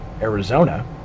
Arizona